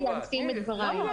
הבנת, יש לך תשובה.